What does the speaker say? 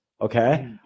okay